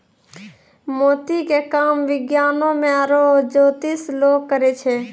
मोती के काम विज्ञानोॅ में आरो जोतिसें लोग करै छै